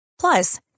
Plus